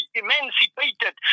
emancipated